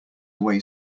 away